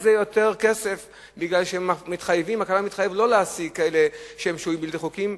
זה יותר כסף בגלל שהקבלן מתחייב לא להעסיק שוהים בלתי חוקיים,